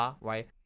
right